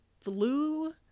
flew